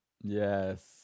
yes